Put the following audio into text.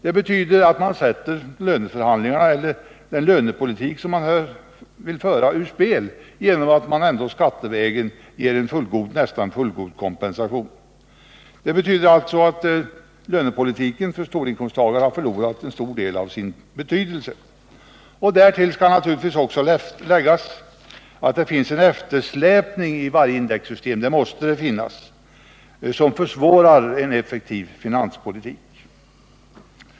Det betyder att man sätter ur spel den lönepolitik som man vill föra, dvs. att lönepolitiken för höginkomsttagare har förlorat en stor del av sin betydelse. Därtill skall naturligtvis också läggas att det finns en eftersläpning i varje indexsystem — det måste det finnas — som försvårar en effektiv finanspolitik.